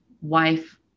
wife